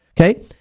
okay